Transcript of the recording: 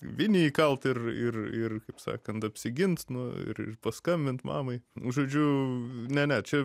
vinį įkalt ir ir ir kaip sakant apsigint nu ir paskambint mamai žodžiu ne ne čia